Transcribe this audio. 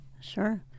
Sure